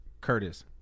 Curtis